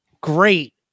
great